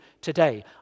today